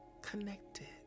connected